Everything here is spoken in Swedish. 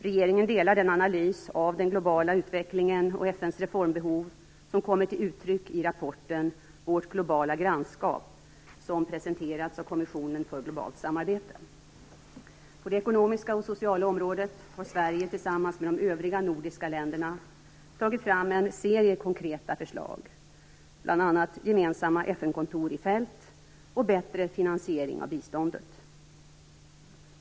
Regeringen delar den analys av den globala utvecklingen och FN:s reformbehov som kommer till uttryck i rapporten Vårt globala grannskap, som presenterats av Kommissionen för globalt samarbete. På det ekonomiska och sociala området har Sverige, tillsammans med de övriga nordiska länderna, tagit fram en serie konkreta förslag, bl.a. gemensamma FN-kontor i fält och bättre finansiering av biståndet.